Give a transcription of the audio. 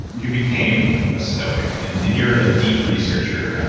you became a stoic, and and you're a deep researcher. and